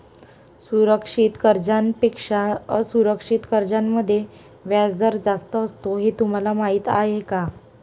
सुरक्षित कर्जांपेक्षा असुरक्षित कर्जांमध्ये व्याजदर जास्त असतो हे तुम्हाला माहीत आहे का?